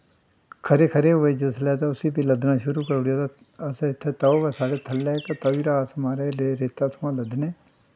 खरे खरे होए जिसलै ते उस्सी फ्ही लद्दना शुरू करी ओड़ेआ जिसलै ते असें इत्थै ते ऐ साढ़ै इत्थै थ'ल्लै तवी परा दा अस म्हाराज रेत्ता लद्दने